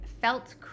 felt